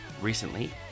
Recently